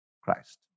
Christ